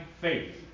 faith